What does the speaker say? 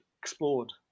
explored